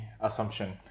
assumption